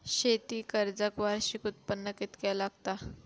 शेती कर्जाक वार्षिक उत्पन्न कितक्या लागता?